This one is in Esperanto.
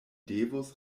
devus